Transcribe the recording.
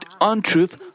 untruth